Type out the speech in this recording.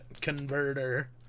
converter